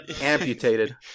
amputated